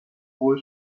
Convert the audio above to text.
wohl